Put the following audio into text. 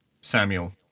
Samuel